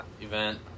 event